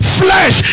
flesh